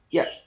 Yes